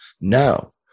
No